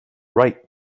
right